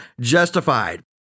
justified